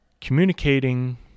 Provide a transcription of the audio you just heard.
communicating